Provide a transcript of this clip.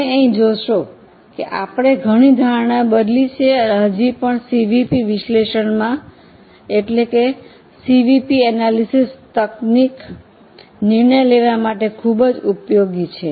તમે અહીં જોશો કે આપણે ઘણી ધારણા બદલી છે અને હજી પણ સીવીપી વિશ્લેષણમાં તકનીક નિર્ણય લેવા માટે ખૂબ ઉપયોગી છે